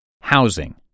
Housing